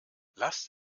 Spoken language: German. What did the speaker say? lasst